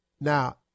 Now